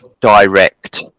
direct